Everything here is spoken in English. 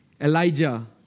Elijah